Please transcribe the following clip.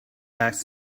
asked